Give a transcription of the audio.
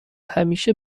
همیشه